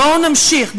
בואו נמשיך,